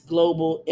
Global